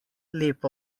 lep